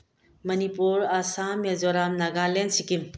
Manipur Assam Mizoram Nagaland Sikkim